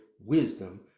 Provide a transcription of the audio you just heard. wisdom